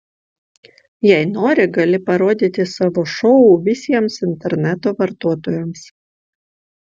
jei nori gali parodyti savo šou visiems interneto vartotojams